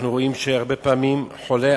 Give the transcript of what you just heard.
אנחנו רואים הרבה פעמים שחולה,